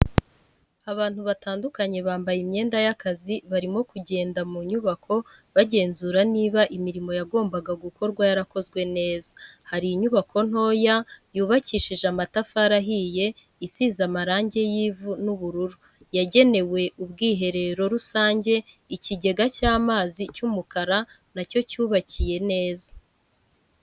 Abantu batandukanye bambaye imyenda y'akazi barimo kugenda mu nyubako bagenzura niba imirimo yagombaga gukorwa yarakozwe neza, hari inyubako ntoya yubakishije amatafari ahiye isize amarangi y'ivu n'ubururu yagenewe ubwiherero rusange ikigega cy'amazi cy'umukara nacyo cyubakiye neza.